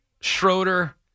Schroeder